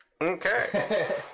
Okay